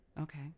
Okay